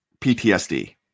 PTSD